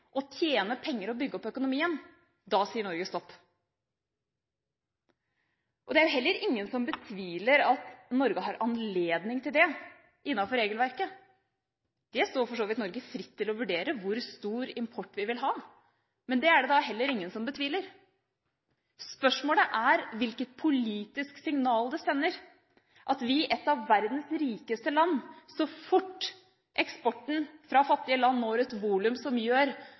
å tjene penger og bygge opp økonomien – sier Norge stopp. Det er ingen som betviler at Norge har anledning til det innenfor regelverket. Det står for så vidt Norge fritt å vurdere hvor stor import vi vil ha. Det er det da heller ingen som betviler. Spørsmålet er hvilket politisk signal det sender at vi – et av verdens rikeste land – så fort eksporten fra fattige land når et volum som gjør